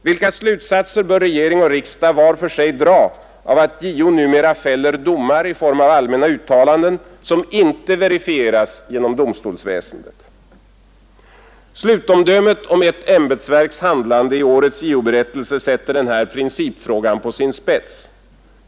Vilka slutsatser bör regering och riksdag var för sig dra av att JO numera fäller domar i form av allmänna uttalanden som inte verifieras av domstolsväsendet? Slutomdömet om ett ämbetsverks handlande i årets JO-berättelse ställer denna principfråga på sin spets.